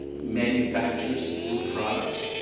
manufacturers of food products.